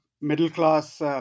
middle-class